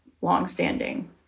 longstanding